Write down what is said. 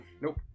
Nope